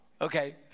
Okay